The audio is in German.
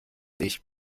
ich